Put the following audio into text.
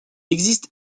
existe